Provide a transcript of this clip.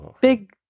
big